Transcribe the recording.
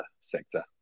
sector